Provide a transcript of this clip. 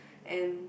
and